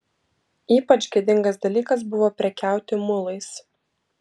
ypač gėdingas dalykas buvo prekiauti mulais